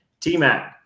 TMAC